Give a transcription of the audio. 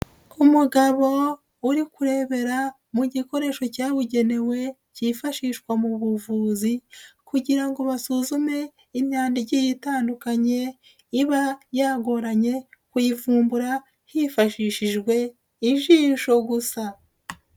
Umugabo uri kurebera mu gikoresho cyabugenewe cyifashishwa mu buvuzi kugira ngo basuzume imyanda igiye itandukanye iba yagoranye kuyivumbura hifashishijwe ijisho gusa.